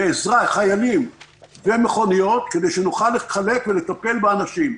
עזרה של חיילים ומכוניות כדי שנוכל לחלק ולטפל באנשים.